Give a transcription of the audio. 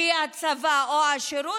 שהיא הצבא או השירות,